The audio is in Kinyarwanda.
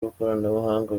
bw’ikoranabuhanga